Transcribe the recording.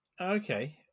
Okay